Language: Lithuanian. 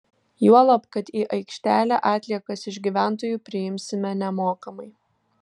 juolab kad į aikštelę atliekas iš gyventojų priimsime nemokamai